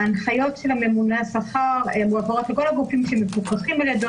ההנחיות של הממונה על השכר מועברות לכל הגופים שמפוקחים על-ידו.